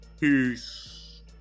Peace